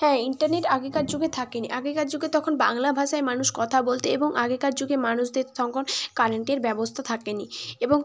হ্যাঁ ইন্টারনেট আগেকার যুগে থাকেনি আগেকার যুগে তখন বাংলা ভাষায় মানুষ কথা বলত এবং আগেকার যুগে মানুষদের তখন কারেন্টের ব্যবস্থা থাকেনি এবং